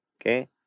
Okay